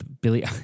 Billy